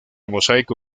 mosaico